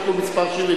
שם החוק נתקבל.